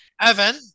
Evan